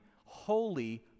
holy